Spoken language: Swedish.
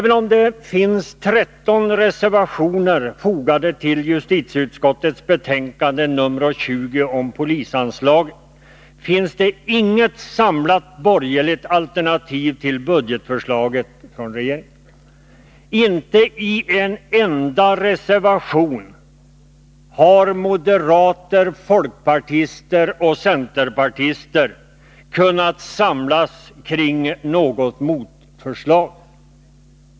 Även om det finns 13 reservationer fogade till justitieutskottets betänkande nr 20 om polisanslaget, finns det inget samlat borgerligt alternativ till regeringens budgetförslag. Inte i en enda reservation har moderaterna, folkpartisterna och centerpartisterna kunnat samlas kring något motförslag.